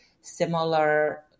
similar